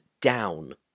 down